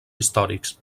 històrics